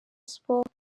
sports